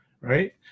right